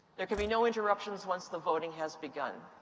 there can be no interruptions once the voting has begun.